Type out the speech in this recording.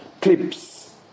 clips